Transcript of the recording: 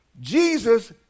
Jesus